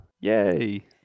Yay